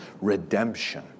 redemption